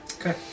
Okay